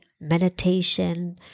meditation